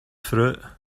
fruit